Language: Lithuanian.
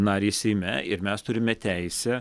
narį seime ir mes turime teisę